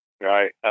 Right